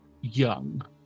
young